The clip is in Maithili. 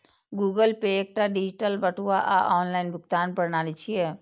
गूगल पे एकटा डिजिटल बटुआ आ ऑनलाइन भुगतान प्रणाली छियै